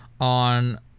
on